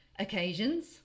Occasions